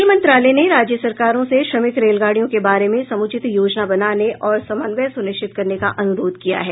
rail मंत्रालय ने राज्य सरकारों से श्रमिक रेलगाड़ियों के बारे में समुचित योजना बनाने और समन्वय सुनिश्चित करने का अनुरोध किया है